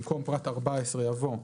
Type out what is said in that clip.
במקום פרט 14 יבוא: